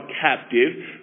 captive